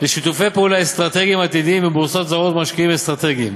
לשיתופי פעולה אסטרטגיים עתידיים עם בורסות זרות ומשקיעים אסטרטגיים